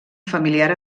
familiar